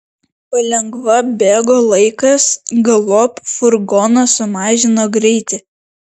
palengva bėgo laikas galop furgonas sumažino greitį